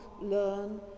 learn